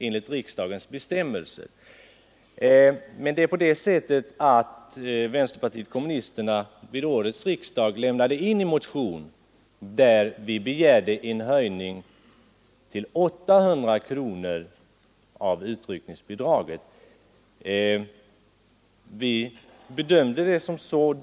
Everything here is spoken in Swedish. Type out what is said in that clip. Vänsterpartiet kommunisterna väckte emellertid under den allmänna motionstiden vid årets riksdag en motion i vilken vi begär en höjning av utryckningsbidraget till 800 kronor.